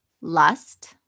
lust